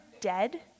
dead